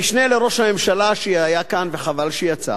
המשנה לראש הממשלה שהיה כאן, וחבל שיצא,